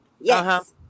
yes